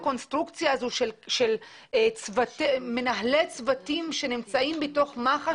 הקונסטרוקציה הזאת של מנהלי צוותים שנמצאים בתוך מח"ש,